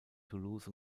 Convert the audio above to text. toulouse